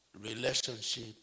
relationship